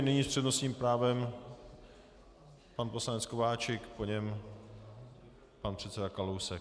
Nyní s přednostním právem pan poslanec Kováčik, po něm pan předseda Kalousek.